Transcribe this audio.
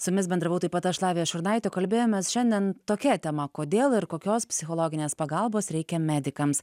su jumis bendravau taip pat aš lavija šurnaitė o kalbėjomės šiandien tokia tema kodėl ir kokios psichologinės pagalbos reikia medikams